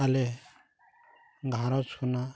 ᱟᱞᱮ ᱜᱷᱟᱨᱚᱸᱡᱽ ᱠᱷᱚᱱᱟᱜ